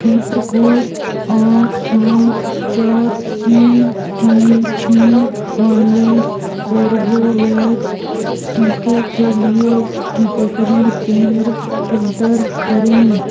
क्षेत्र कोड आठ सात चार तीन तीन छः वाले कोर्बवैक्स टीके के लिए टीकाकरण केंद्र फ़िल्टर करें